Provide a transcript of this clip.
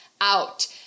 out